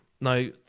Now